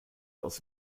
aus